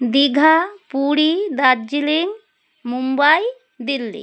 Digha Puri Darjeeling Mumbai Delhi